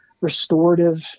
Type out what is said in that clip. restorative